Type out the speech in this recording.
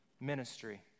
ministry